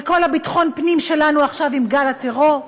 לכל ביטחון הפנים שלנו עכשיו עם גל הטרור,